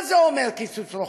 מה זה אומר, קיצוץ רוחבי?